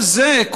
כל זה,